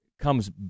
comes